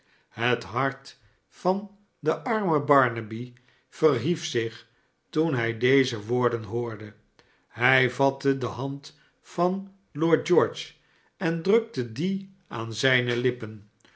het hart van den armen barnaby verhief zich toen hij deze woorden hoorde hij vatte de hand van lord george en drukte die aan zijne lippen